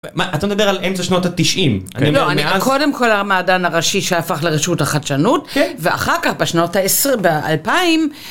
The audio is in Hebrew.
מה, אתה מדבר על אמצע שנות התשעים אני מדבר מאז.. קודם כל המדען הראשי שהפך לרשות החדשנות ואחר כך בשנות האלפיים..